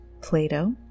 Plato